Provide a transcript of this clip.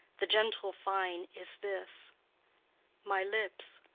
the gentle fine is this my lips,